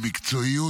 במקצועיות